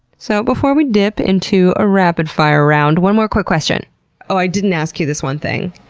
so, before we dip into a rapid-fire round, one more quick question oh, i didn't ask you this one thing,